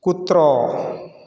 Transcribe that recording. कुत्रो